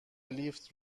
لیفت